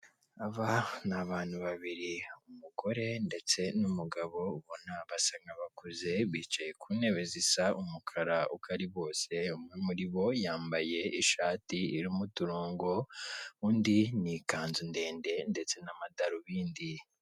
Aba ni abantu babiri, umugore ndetse n'umugabo ubona basa nk'abakuze, bicaye ku ntebe siza umukara uko ari bose. Umwe muri bo yambaye ishati irimo uturongo, undi ni ikanzu ndende, ndetse n'amadarubindi.